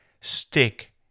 stick